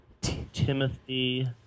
Timothy